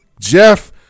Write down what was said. Jeff